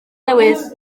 newydd